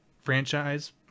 franchise